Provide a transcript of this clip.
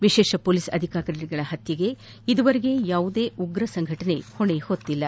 ವಿಶೇಷ ಪೊಲೀಸ್ ಅಧಿಕಾರಿಗಳ ಹತ್ಯೆಗೆ ಈವರೆಗೆ ಯಾವುದೇ ಉಗ್ರರ ಸಂಘಟನೆ ಹೊಣೆ ಹೊತ್ತಿಲ್ಲ